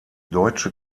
deutsche